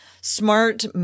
smart